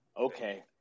okay